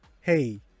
hey